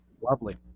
Lovely